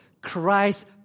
Christ